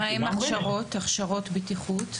ומה עם הכשרות בטיחות?